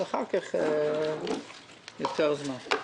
אחר כך ביותר זמן.